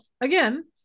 again